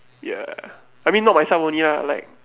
ya I mean not myself only ah like